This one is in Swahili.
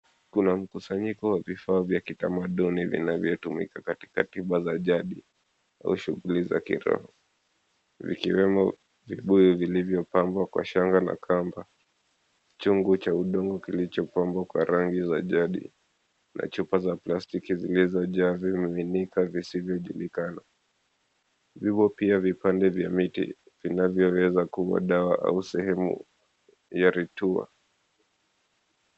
Kuna mkusanyiko wa vifaa ya kitamaduni vinavyotumika katika tiba za jadi au shughuli za kiroho, vikiwemo vibuyu vilivyopangwa kwa shanga na kamba, chungu cha udongo kilichopambwa kwa rangi za jadi, na chupa za plastiki zilizojaa vilimiminika visivyojulikana. Vipo pia vipande vya miti, vinavyoweza kuwa dawa au sehemu ya ritua.